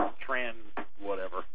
trans-whatever